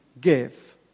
give